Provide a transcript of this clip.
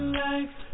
life